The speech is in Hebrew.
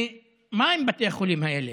ומהם בתי החולים האלה?